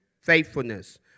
faithfulness